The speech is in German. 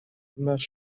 steinbach